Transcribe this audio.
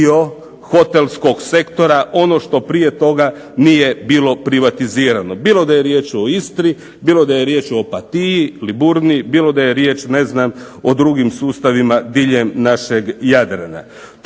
dio hotelskog sektora ono što prije toga nije bilo privatizirano bilo da je riječ o Istri, bilo da je riječ o Opatiji, Liburniji, bilo da je riječ ne znam o drugim sustavima diljem našeg Jadrana.